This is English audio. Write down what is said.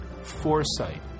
foresight